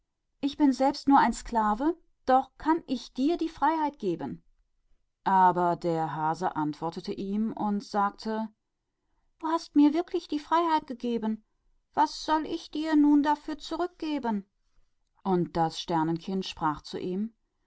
ich bin selbst nur ein sklave und doch kann ich dir die freiheit geben und der hase antwortete ihm und sagte wahrlich du hast mir die freiheit gegeben und was soll ich dir dafür geben und das sternenkind sagte zu ihm